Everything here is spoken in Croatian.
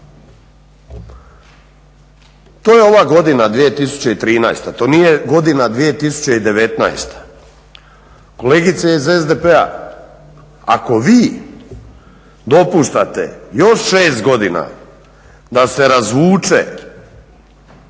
To je ova godina 2013., to nije godina 2019. Kolegice iz SDP-a ako vi dopuštate još 6 godina da se razvuče